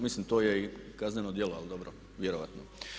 Mislim to je i kazneno djelo, dali dobro, vjerojatno.